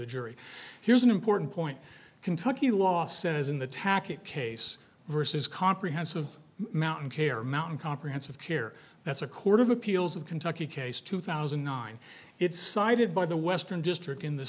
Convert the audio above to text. the jury here's an important point kentucky law says in the tacky case versus comprehensive mountain care mountain comprehensive care that's a court of appeals of kentucky case two thousand and nine it's cited by the western district in the